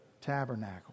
tabernacle